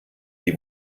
die